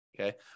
Okay